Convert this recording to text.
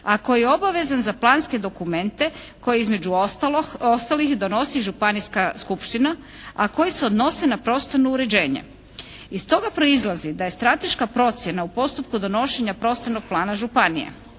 a koji je obavezan za planske dokumente koji između ostalih donosi Županijska skupština, a koji se odnose na prostorno uređenje. Iz toga proizlazi da je strateška procjena u postupku donošenja prostornog plana županije